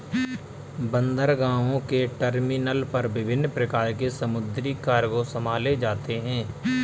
बंदरगाहों के टर्मिनल पर विभिन्न प्रकार के समुद्री कार्गो संभाले जाते हैं